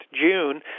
June